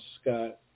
Scott